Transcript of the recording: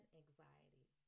anxiety